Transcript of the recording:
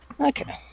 Okay